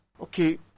okay